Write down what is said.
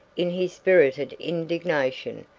in his spirited indignation,